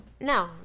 no